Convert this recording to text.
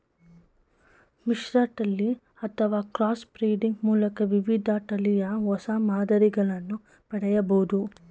ಮಿಶ್ರತಳಿ ಅಥವಾ cross breeding ಮೂಲಕ ವಿವಿಧ ತಳಿಯ ಹೊಸ ಮಾದರಿಗಳನ್ನು ಪಡೆಯಬೋದು